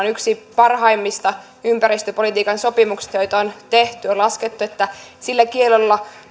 yksi parhaimmista ympäristöpolitiikan sopimuksista joita on tehty on laskettu että sillä kiellolla